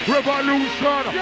Revolution